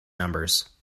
numbers